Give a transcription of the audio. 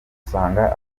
usanga